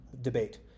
debate